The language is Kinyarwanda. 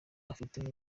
afitemo